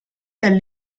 del